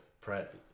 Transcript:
prep